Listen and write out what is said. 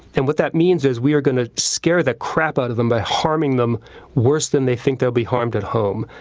and what that means is we are going to scare the crap out of them by harming them worse than they think there'll be harmed at home,